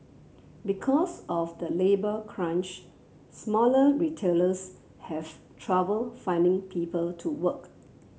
because of the labour crunch smaller retailers have trouble finding people to work